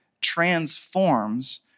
transforms